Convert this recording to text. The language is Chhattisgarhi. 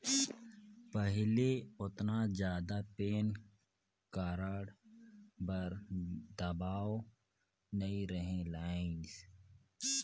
पहिले ओतना जादा पेन कारड बर दबाओ नइ रहें लाइस